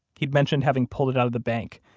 he'd mentioned having pulled it out of the bank,